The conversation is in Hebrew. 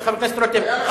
חבר הכנסת רותם,